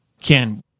Ken